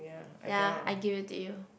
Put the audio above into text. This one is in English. ya I give it to you